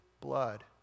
blood